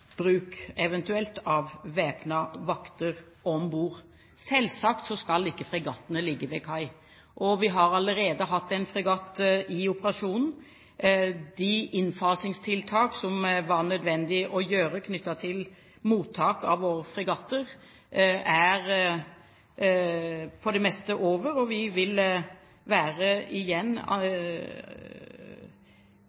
av væpnede vakter om bord. Selvsagt skal ikke fregattene ligge ved kai. Vi har allerede hatt en fregatt i operasjonen. De innfasingstiltak som var nødvendige å gjøre knyttet til mottak av våre fregatter, er på det meste over, og vi vil igjen være